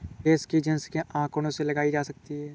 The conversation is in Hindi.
देश की जनसंख्या आंकड़ों से लगाई जा सकती है